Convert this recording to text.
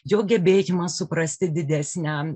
jo gebėjimą suprasti didesnę